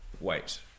Wait